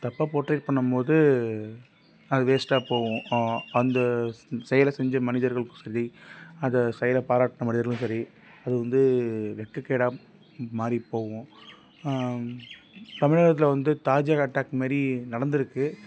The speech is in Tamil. தப்பாக போட்ரேட் பண்ணும் போது அது வேஸ்டாக போகும் அந்த ஸ் செயலை செஞ்ச மனிதர்களுக்கும் சரி அதை செயலை பாராட்டின மனிதர்களும் சரி அது வந்து வெட்கக்கேடாக மாறி போகும் தமிழகத்தில் வந்து தாஜர் அட்டாக் மாதிரி நடந்திருக்கு